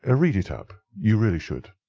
ah read it up you really should.